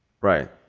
Right